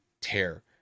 tear